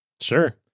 Sure